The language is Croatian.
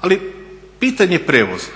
Ali, pitanje prijevoza,